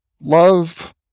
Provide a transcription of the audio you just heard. love